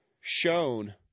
shown